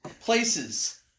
places